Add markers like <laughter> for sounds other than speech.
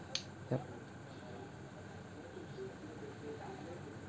<noise> ya